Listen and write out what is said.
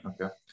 Okay